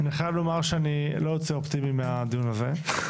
אני חייב לומר שאני לא יוצא אופטימי מהדיון הזה.